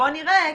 בואו נראה.